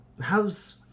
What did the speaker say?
How's